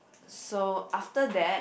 so after that